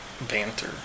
banter